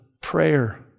prayer